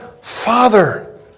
Father